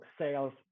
sales